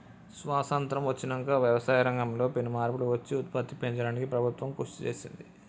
స్వాసత్రం వచ్చినంక వ్యవసాయ రంగం లో పెను మార్పులు వచ్చి ఉత్పత్తి పెంచడానికి ప్రభుత్వం కృషి చేసింది